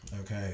okay